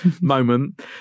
moment